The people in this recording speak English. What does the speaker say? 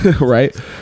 right